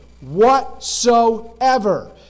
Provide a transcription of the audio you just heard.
whatsoever